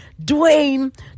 Dwayne